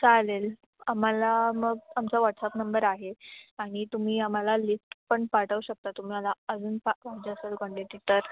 चालेल आम्हाला मग आमचा व्हॉट्सअप नंबर आहे आणि तुम्ही आम्हाला लिस्ट पण पाठवू शकता तुम्हाला अजून पा पाहिजे असेल क्वांटिटी तर